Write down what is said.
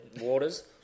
Waters